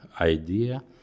idea